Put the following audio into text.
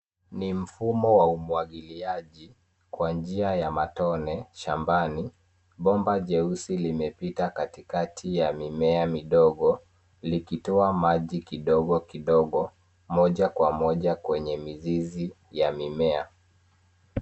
Ni mfumo wa umwangiliaji kwa njia ya matone shambani. Bomba jeusi limepita katikati ya mimea midogo likitoa maji kidogo kidogo moja kwa moja kwenye mizizi ya mimea.